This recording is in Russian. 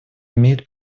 имеет